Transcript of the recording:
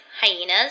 hyenas